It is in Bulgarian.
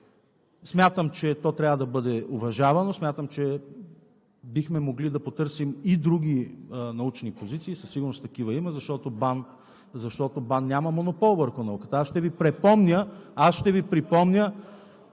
смятам, че то трябва да бъде уважавано, смятам, че бихме могли да потърсим и други научни позиции, със сигурност такива има, защото БАН няма монопол върху науката. Аз ще Ви припомня, в този смисъл,